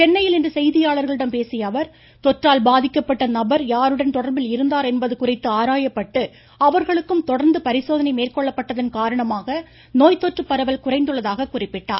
சென்னையில் இன்று செய்தியாளர்களிடம் பேசிய அவர் தொற்றால் நபர் யாருடன் தொடர்பில் இருந்தார் என்பது குறித்து பாதிக்கப்பட்ட கண்டறியப்பட்டு அவர்களுக்கும் தொடர்ந்து பரிசோதனை மேற்கொள்ளப்பட்டதன் காரணமாக நோய் தொற்று பரவல் குறைந்துள்ளதாக குறிப்பிட்டார்